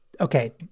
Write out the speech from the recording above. Okay